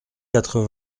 quatre